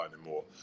anymore